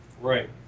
Right